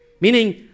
Meaning